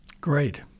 Great